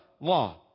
law